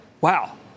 wow